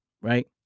right